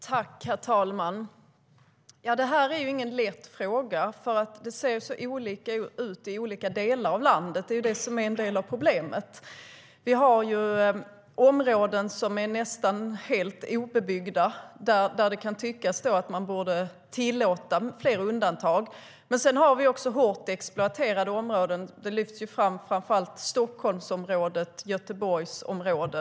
Herr talman! Det här är ju ingen lätt fråga eftersom det ser så olika ut i olika delar av landet. Det är det som är en del av problemet. Det finns områden som är nästan helt obebyggda där det kan tyckas att det borde vara tillåtet med fler undantag. Men sedan finns det också hårt exploaterade områden, framför allt Stockholmsområdet och Göteborgsområdet.